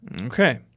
Okay